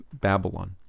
Babylon